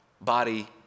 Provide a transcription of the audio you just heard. body